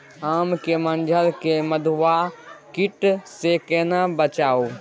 आम के मंजर के मधुआ कीट स केना बचाऊ?